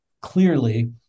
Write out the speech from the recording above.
clearly